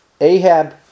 Ahab